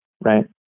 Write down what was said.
Right